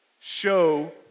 show